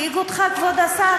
זה כל מה שמדאיג אותך, כבוד השר?